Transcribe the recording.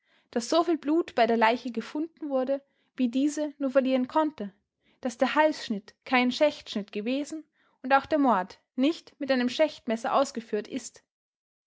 daß soviel blut bei der leiche gefunden wurde wie diese nur verlieren konnte daß der halsschnitt kein schächtschnitt gewesen und auch der mord nicht mit einem schächtmesser ausgeführt ist